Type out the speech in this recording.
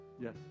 Yes